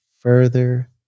further